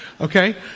okay